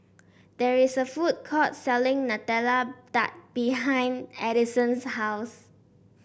there is a food court selling Nutella Tart behind Addison's house